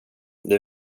det